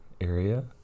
area